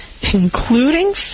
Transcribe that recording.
including